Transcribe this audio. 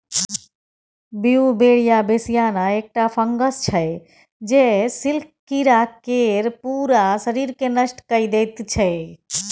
Beauveria bassiana एकटा fungus छै जे सिल्क कीरा केर पुरा शरीरकेँ नष्ट कए दैत छै